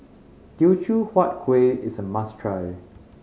Teochew Huat Kuih is a must try